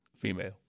Female